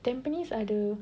Tampines ada